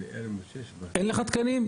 אין לך תקנים?